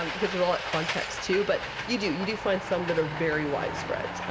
um because there's all that context, too. but you do. you do find some that are very widespread.